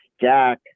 Jack